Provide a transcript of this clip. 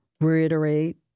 reiterate